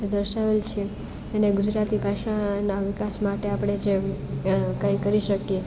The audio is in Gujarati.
દર્શાવેલ છે અને ગુજરાતી ભાષાના વિકાસ માટે આપણે જે કંઈ કરી શકીએ